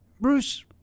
Bruce